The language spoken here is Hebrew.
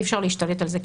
אי אפשר להשתלט על זה.